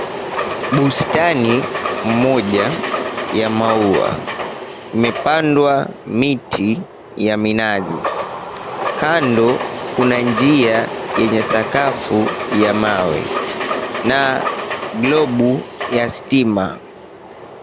Bustani moja, ya maua, imepandwa miti ya minazi. Kando, kuna njia yenye sakafu ya mawe na globu ya stima.